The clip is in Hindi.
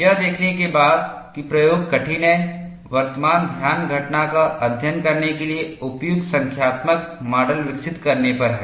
यह देखने के बाद कि प्रयोग कठिन है वर्तमान ध्यान घटना का अध्ययन करने के लिए उपयुक्त संख्यात्मक मॉडल विकसित करने पर है